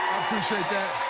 appreciate that.